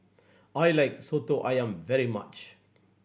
I like Soto Ayam very much